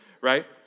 right